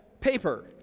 paper